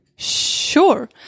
Sure